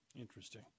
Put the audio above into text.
Interesting